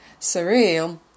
surreal